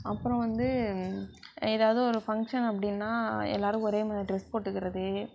அப்புறம் வந்து ஏதாவது ஒரு ஃபங்ஷன் அப்படின்னா எல்லாரும் ஒரே மாதிரி ட்ரெஸ் போட்டுக்கிறது